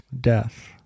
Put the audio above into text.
death